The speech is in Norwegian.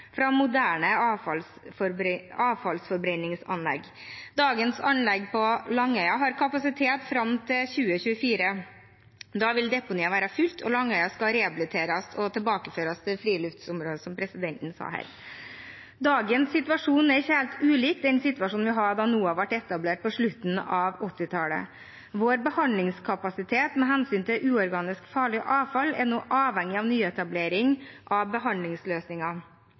fra moderne avfallsforbrenningsanlegg. Dagens anlegg på Langøya har kapasitet fram til 2024. Da vil deponiet være fullt, og Langøya skal rehabiliteres og tilbakeføres til friluftsområde, som presidenten sa. Dagens situasjon er ikke helt ulik den situasjonen vi hadde da NOAH ble etablert på slutten av 1980-tallet. Vår behandlingskapasitet med hensyn til uorganisk farlig avfall er nå avhengig av nyetablering av